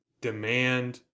demand